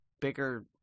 bigger